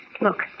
Look